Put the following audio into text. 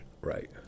Right